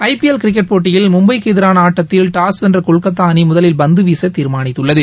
ஐ PL cricket போட்டியில் மும்பைக்குஎதிரானஆட்டத்தில் toss வென்றகொல்கத்தாஅணிமுதலில் பந்துவீசதீர்மானித்துள்ளது